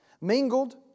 mingled